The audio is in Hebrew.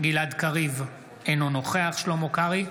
גלעד קריב, אינו נוכח שלמה קרעי,